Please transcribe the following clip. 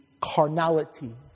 carnality